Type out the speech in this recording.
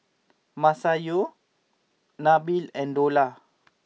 Masayu Nabil and Dollah